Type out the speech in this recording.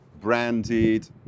branded